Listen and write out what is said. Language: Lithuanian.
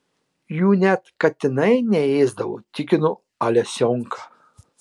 jų net katinai neėsdavo tikino alesionka